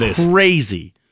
crazy